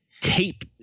tape